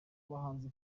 bahanzi